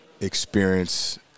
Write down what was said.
experience